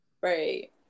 right